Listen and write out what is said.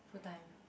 full time